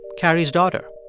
carrie's daughter?